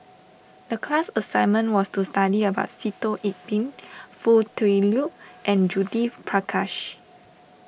the class assignment was to study about Sitoh Yih Pin Foo Tui Liew and Judith Prakash